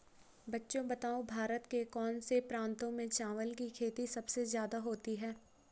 बच्चों बताओ भारत के कौन से प्रांतों में चावल की खेती सबसे ज्यादा होती है?